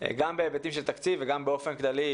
גם בהיבטים של תקציב וגם באופן כללי,